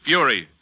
Fury